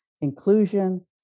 inclusion